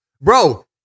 bro